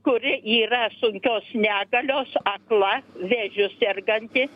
kuri yra sunkios negalios akla vėžiu serganti